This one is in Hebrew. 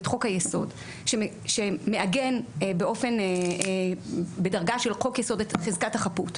את חוק היסוד שמעגן בדרגה של חוק יסוד חזקת החפות,